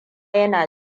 yana